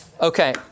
Okay